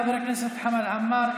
חבר הכנסת חמד עמאר,